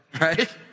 right